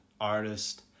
artist